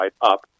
up